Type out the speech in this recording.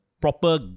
proper